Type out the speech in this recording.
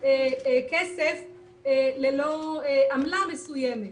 כסף ללא עמלה מסוימת.